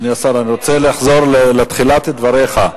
אדוני השר, אני רוצה לחזור לתחילת דבריך,